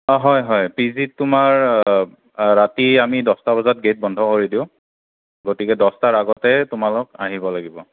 অঁ হয় হয় পি জিত তোমাৰ অঁ ৰাতি আমি দহটা বজাত গেট বন্ধ কৰি দিওঁ গতিকে দহটাৰ আগতে তোমালোক আহিব লাগিব